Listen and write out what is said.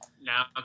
Now